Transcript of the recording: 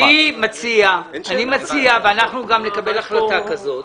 אני מציע, ואנחנו גם נקבל החלטה כזאת.